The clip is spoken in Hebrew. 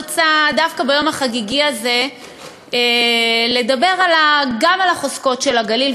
רוצה דווקא ביום החגיגי הזה לדבר גם על החוזקות של הגליל,